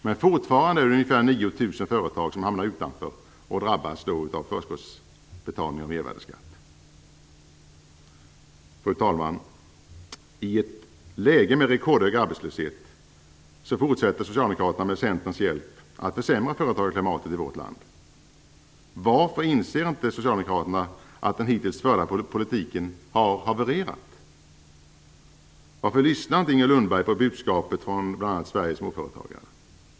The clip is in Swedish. Men fortfarande är det ungefär 9 000 företag som hamnar utanför och drabbas av förskottsbetalning av mervärdesskatt. Fru talman! I ett läge med rekordhög arbetslöshet fortsätter socialdemokraterna med Centerns hjälp att försämra företagsklimatet i vårt land. Varför inser inte socialdemokraterna att den hittills förda politiken har havererat? Varför lyssnar inte Inger Lundberg på budskapet från bl.a. Sveriges småföretagare?